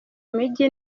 mijyi